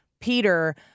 Peter